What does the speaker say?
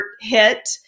hit